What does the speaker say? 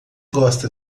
gosta